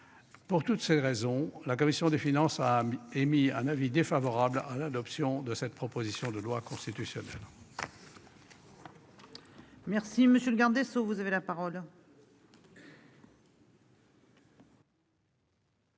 Pour toutes ces raisons, la commission des finances a émis un avis défavorable à l'adoption de cette proposition de loi constitutionnelle.